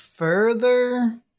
Further